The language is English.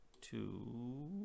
Two